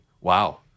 Wow